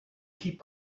keep